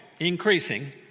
Increasing